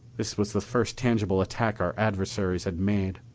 this was the first tangible attack our adversaries had made.